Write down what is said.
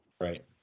Right